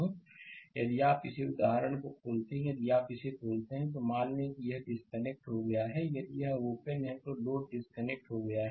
slide समय देखें 0320 यदि आप इसे उदाहरण के लिए खोलते हैं यदि आप इसे खोलते हैं तो मान लें कि यह डिस्कनेक्ट हो गया है यदि यह ओपन है तो लोड डिस्कनेक्ट हो गया है